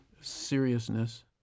seriousness